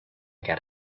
get